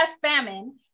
famine